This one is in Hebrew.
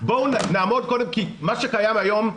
בואו נעמוד קודם כי מה שקיים היום,